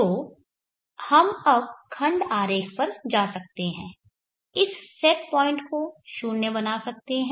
तो हम अब खंड आरेख पर जा सकते हैं इस सेट पॉइंट को 0 बना सकते हैं